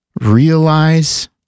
realize